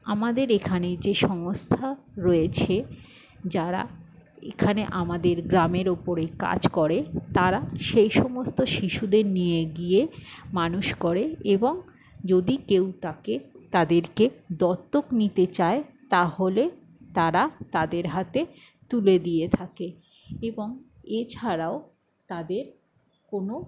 আমাদের এখানে যে সংস্থা রয়েছে যারা এখানে আমাদের গ্রামের ওপরে কাজ করে তারা সেই সমস্ত শিশুদের নিয়ে গিয়ে মানুষ করে এবং যদি কেউ তাকে তাদেরকে দত্তক নিতে চায় তাহলে তারা তাদের হাতে তুলে দিয়ে থাকে এবং এছাড়াও তাদের কোনো